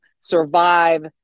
survive